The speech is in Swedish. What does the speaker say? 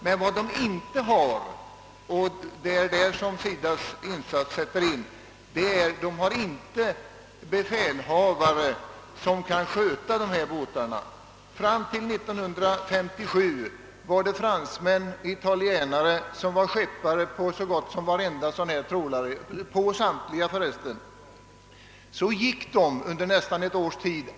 Men vad man inte har — och det är där som SIDA:s hjälp sätter in — är befälhavare som sköter dessa båtar. Fram till 1957 var det fransmän och italienare som var skeppare på dessa trålare. Så slutade alla skepparna under nästan ett års tid.